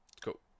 Cool